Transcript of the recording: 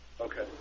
Okay